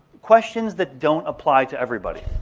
questions that don't apply to everybody.